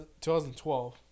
2012